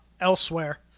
elsewhere